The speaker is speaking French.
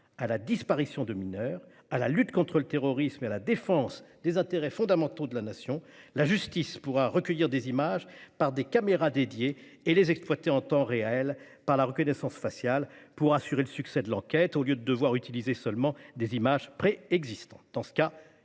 à la disparition de mineurs, à la lutte contre le terrorisme et à la défense des intérêts fondamentaux de la Nation, la justice pourra recueillir des images grâce à des caméras dédiées et les exploiter en temps réel la reconnaissance faciale en vue d'assurer le succès de l'enquête, au lieu de devoir utiliser seulement des images préexistantes.